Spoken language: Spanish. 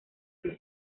que